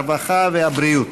הרווחה והבריאות.